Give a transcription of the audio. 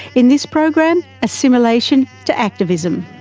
in this program, assimilation to activism.